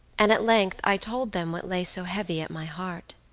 and at length i told them what lay so heavy at my heart.